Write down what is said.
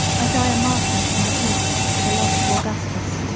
i die a martyr to my greif for the loss of augustus.